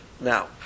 now